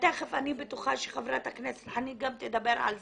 אני בטוחה שחברת הכנסת חנין זועבי תדבר על זה.